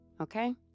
okay